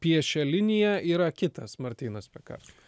piešia liniją yra kitas martynas pekarskas